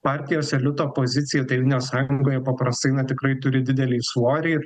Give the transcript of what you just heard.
partijos elito pozicija tėvynės sąjungoje paprastai na tikrai turi didelį svorį ir